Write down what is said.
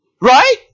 Right